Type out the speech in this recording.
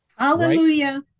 Hallelujah